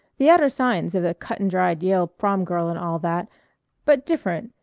the outer signs of the cut-and-dried yale prom girl and all that but different,